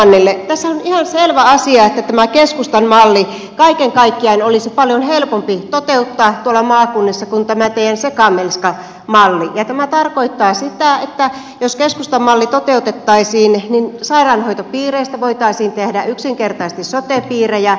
tässähän on ihan selvä asia että tämä keskustan malli kaiken kaikkiaan olisi paljon helpompi toteuttaa tuolla maakunnissa kuin tämä teidän sekamelskamalli ja tämä tarkoittaa sitä että jos keskustan malli toteutettaisiin niin sairaanhoitopiireistä voitaisiin tehdä yksinkertaisesti sote piirejä